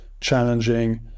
challenging